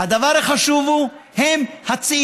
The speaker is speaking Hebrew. הדבר החשוב הוא הצעירים,